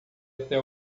até